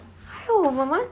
还有我们